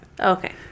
Okay